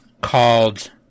called